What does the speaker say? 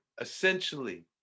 essentially